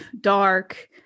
dark